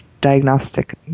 diagnostic